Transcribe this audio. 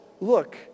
look